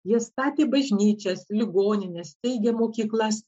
jie statė bažnyčias ligonines steigė mokyklas